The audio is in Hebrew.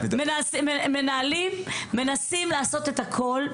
מנהלים מנסים לעשות את הכל,